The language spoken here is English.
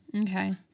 Okay